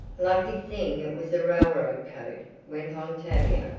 lucky thing it was a railroad coat, went on tavia,